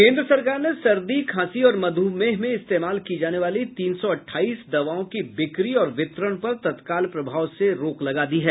केन्द्र सरकार ने सर्दी खांसी और मधुमेह में इस्तेमाल की जाने वाली तीन सौ अट्ठाईस दवाओं की बिक्री और वितरण पर तत्काल प्रभाव से रोक लगा दी है